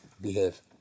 Behave